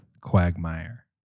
quagmire